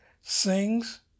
Sings